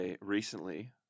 recently